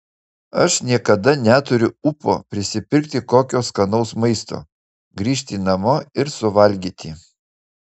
aš niekada neturiu ūpo prisipirkti kokio skanaus maisto grįžti namo ir suvalgyti